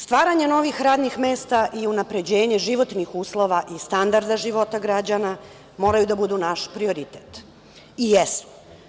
Stvaranje novih radnih mesta i unapređenje životnih uslova i standarda života građana moraju da budu naš prioritet i jesu.